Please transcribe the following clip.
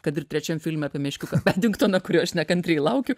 kad ir trečiam filme apie meškiuką bendinktoną kurio aš nekantriai laukiu